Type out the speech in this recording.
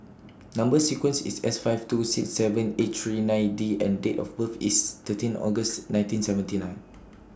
Number sequence IS S five two six seven eight three nine D and Date of birth IS thirteen August nineteen seventy nine